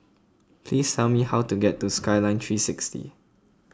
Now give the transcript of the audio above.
please tell me how to get to Skyline three sixty